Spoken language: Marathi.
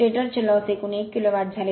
स्टेटर चे लॉस एकूण 1 किलोवॅट झाले